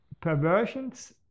perversions